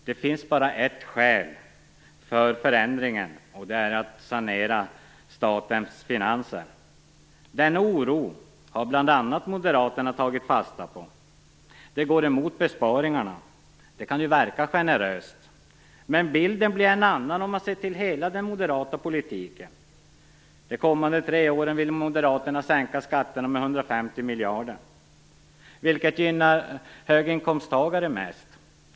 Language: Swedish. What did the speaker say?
Det finns bara ett skäl för förändringen och det är saneringen av statens finanser. Denna oro har bl.a. Moderaterna tagit fasta på. De går därför emot besparingen. Det kan verka generöst, men bilden blir en annan om man ser till hela den moderata politiken. De kommande tre åren vill Moderaterna sänka skatterna med sammanlagt 150 miljarder kronor, vilket gynnar höginkomsttagare mest.